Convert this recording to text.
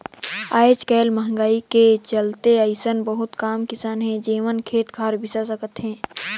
आयज कायल मंहगाई के चलते अइसन बहुत कम किसान हे जेमन खेत खार बिसा सकत हे